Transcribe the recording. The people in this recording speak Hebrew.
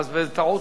אבל בטעות,